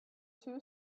two